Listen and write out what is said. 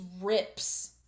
rips